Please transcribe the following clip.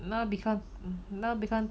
now because now because